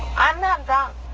i'm not drunk.